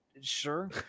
sure